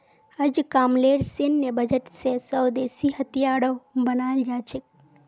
अजकामलेर सैन्य बजट स स्वदेशी हथियारो बनाल जा छेक